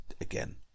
again